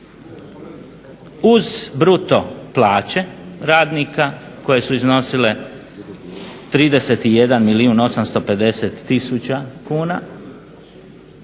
uz bruto plaće radnika koje su iznosile 31 milijun